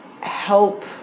help